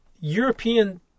European